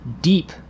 deep